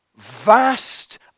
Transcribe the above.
Vast